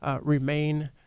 Remain